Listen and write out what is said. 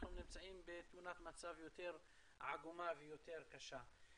נימצא בתמונת מצב יותר עגומה ויותר קשה.